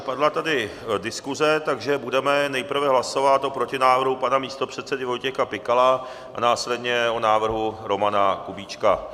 Padla tady diskuse, takže budeme nejprve hlasovat o protinávrhu pana místopředsedy Vojtěcha Pikala a následně o návrhu Romana Kubíčka.